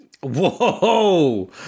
Whoa